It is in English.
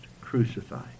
crucified